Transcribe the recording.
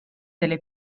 delle